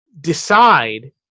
decide